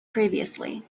previously